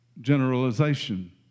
generalization